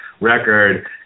record